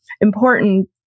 important